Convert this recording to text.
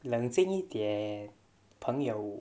冷静一点朋友